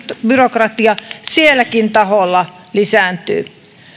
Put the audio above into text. byrokratia silläkin taholla lisääntyy